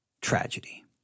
tragedy